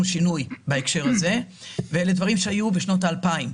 שינוי בהקשר הזה ואלה דברים שהיו בשנות ה-2000,